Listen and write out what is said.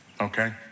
okay